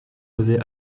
causer